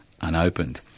unopened